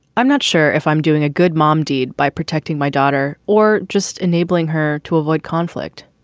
i'm not sure if i'm doing a good mom deed by protecting my daughter or just enabling her to avoid conflict.